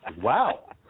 Wow